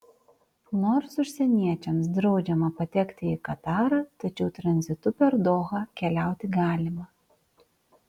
nors užsieniečiams draudžiama patekti į katarą tačiau tranzitu per dohą keliauti galima